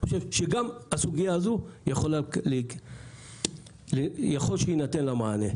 חושב שגם הסוגיה הזו יכולה להיפתר בעזרת סיוע ממשלתי.